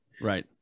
right